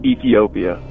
Ethiopia